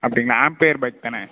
அப்படிங்களா Ampere bike தானே